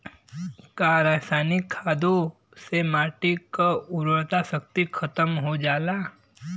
का रसायनिक खादों से माटी क उर्वरा शक्ति खतम हो जाला?